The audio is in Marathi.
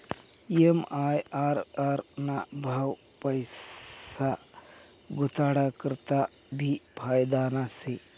एम.आय.आर.आर ना भाव पैसा गुताडा करता भी फायदाना शे